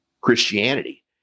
Christianity